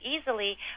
easily